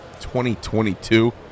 2022